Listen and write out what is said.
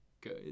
good